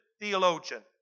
theologian